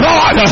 God